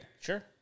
Sure